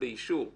החקירות